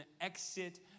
exit